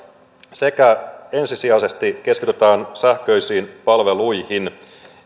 sekä ensisijaisesti keskitytään sähköisiin palveluihin